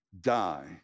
die